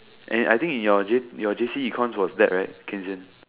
and I think in your J your J_C econs was that right keynesian